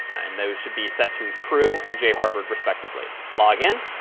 and those should be set to true and jharvard respectively. log in.